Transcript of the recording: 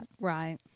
Right